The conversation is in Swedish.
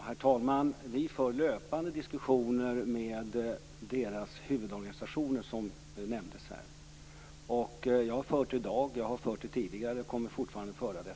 Herr talman! Vi för löpande diskussioner med deras huvudorganisationer som nämndes här. Jag har fört det i dag, jag har fört det tidigare och jag kommer att fortlöpande föra det.